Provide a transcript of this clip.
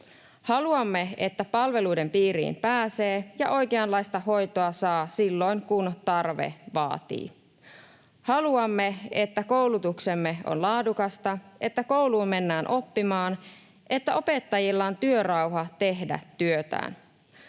Haluamme, että palveluiden piiriin pääsee ja oikeanlaista hoitoa saa silloin, kun tarve vaatii. Haluamme, että koulutuksemme on laadukasta, että kouluun mennään oppimaan, että opettajilla on työrauha tehdä työtään.